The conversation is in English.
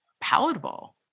palatable